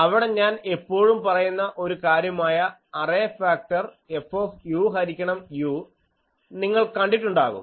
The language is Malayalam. അവിടെ ഞാൻ എപ്പോഴും പറയുന്ന ഒരു കാര്യമായ അറേ ഫാക്ടർ F ഹരിക്കണം u നിങ്ങൾ കണ്ടിട്ടുണ്ടാകും